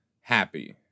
happy